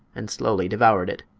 and slowly devoured it.